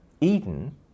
Eden